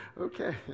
Okay